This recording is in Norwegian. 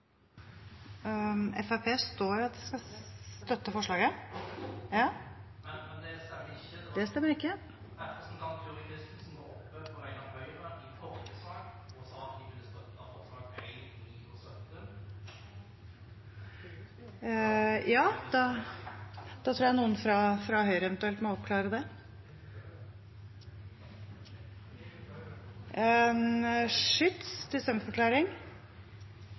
står at Fremskrittspartiet skal støtte forslaget, ja? Det stemmer ikke. Representanten Turid Kristensen var oppe på vegne av Høyre i forrige sak og sa at de ville støtte forslagene nr. 1, 9 og 17. Da tror jeg noen fra Høyre eventuelt må oppklare det.